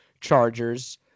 Chargers